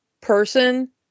person